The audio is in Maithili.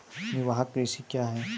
निवाहक कृषि क्या हैं?